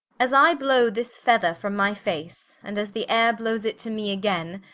as i blow this feather from my face, and as the ayre blowes it to me againe,